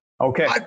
Okay